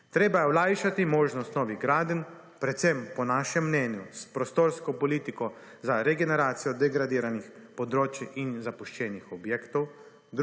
Treba je olajšati možnost novih gradenj, predvsem po našem mnenju, s prostorsko politiko za regeneracijo degradiranih področij in zapuščenih objektov.